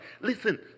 Listen